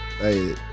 Hey